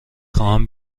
خواهم